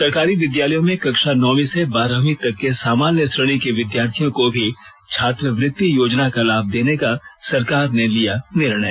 सरकारी विद्यालयों में कक्षा नौंवी से बारहवीं तक के सामान्य श्रेणी के विद्यार्थियों को भी छात्तवृति योजना का लाभ देने का सरकार ने लिया निर्णय